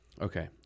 Okay